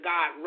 God